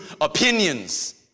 opinions